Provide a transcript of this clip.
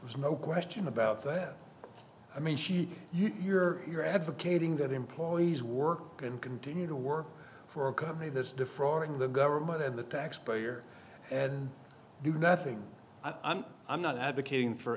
there's no question about that i mean she you're you're advocating that employees work and continue to work for a company that is defrauding the government of the taxpayer and do nothing i'm i'm not advocating for